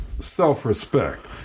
self-respect